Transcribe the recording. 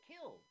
killed